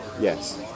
Yes